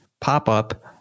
pop-up